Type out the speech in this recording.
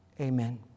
Amen